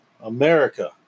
America